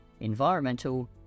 environmental